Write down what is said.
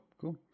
cool